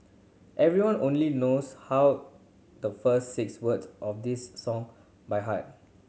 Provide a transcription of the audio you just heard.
everyone only knows how the first six words of this song by heart